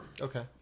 Okay